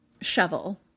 shovel